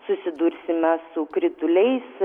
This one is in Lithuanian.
susidursime su krituliais